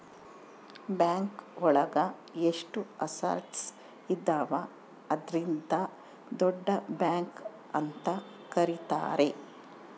bank ಒಳಗ ಎಷ್ಟು assets ಇದಾವ ಅದ್ರಿಂದ ದೊಡ್ಡ ಬ್ಯಾಂಕ್ ಅಂತ ಕರೀತಾರೆ